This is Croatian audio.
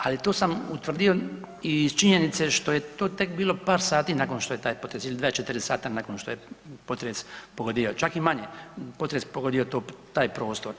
Ali to sam utvrdio iz činjenice što je to tek bilo par sati nakon što je taj potres ili 24 sata nakon što je potres pogodio, čak i manje, potres pogodio taj prostor.